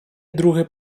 друге